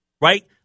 right